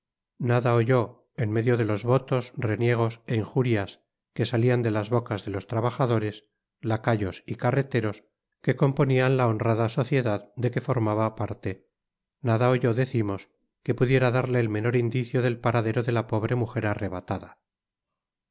nada oyó en medio de los votos reniegos é injurias que salian de las bocas de los trabajadores lacayos y carreteros que componian la honrada sociedad de que formaba parte nada oyó decimos que pudiera darle el menor indicio del paradero de la pobre mujer arrebatada